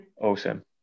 awesome